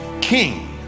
King